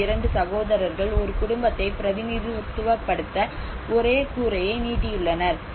இங்கு இரண்டு சகோதரர்கள் ஒரு குடும்பத்தை பிரதிநிதித்துவப்படுத்த ஒரே கூரையை நீட்டியுள்ளனர்